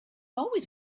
always